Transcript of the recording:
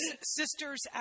sisters